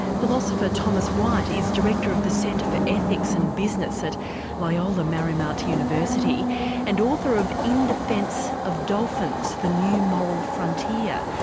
philosopher thomas white is director of the center for ethics and business at loyola marymount university and author of in defense of dolphins the new moral frontier.